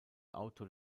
autor